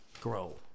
grow